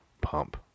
pump